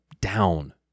down